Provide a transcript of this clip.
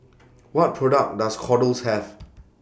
What products Does Kordel's Have